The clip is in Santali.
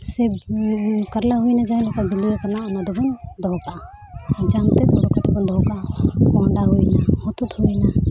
ᱥᱮ ᱠᱟᱨᱞᱟ ᱦᱩᱭᱱᱟ ᱡᱟᱦᱟᱸ ᱞᱮᱠᱟ ᱵᱤᱞᱤᱭ ᱠᱟᱱᱟ ᱚᱱᱟ ᱫᱚᱵᱚᱱ ᱫᱚᱦᱚ ᱠᱟᱜᱼᱟ ᱡᱟᱝᱛᱮᱫ ᱚᱰᱚᱠ ᱠᱟᱛᱮ ᱵᱚᱱ ᱫᱚᱦᱚ ᱠᱟᱜᱼᱟ ᱠᱚᱸᱦᱰᱷᱟ ᱦᱩᱭᱱᱟ ᱦᱚᱛᱚᱫ ᱦᱩᱭᱱᱟ